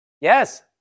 Yes